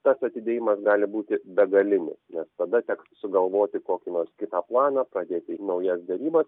tas atidėjimas gali būti begalinis nes tada teks sugalvoti kokį nors kitą planą pradėti naujas derybas